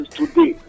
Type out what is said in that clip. today